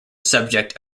subject